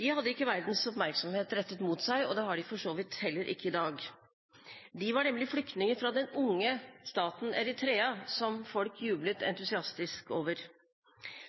De hadde ikke verdens oppmerksomhet rettet mot seg, og det har de for så vidt heller ikke i dag. De var nemlig flyktninger fra den unge staten Eritrea, som folk jublet entusiastisk over, og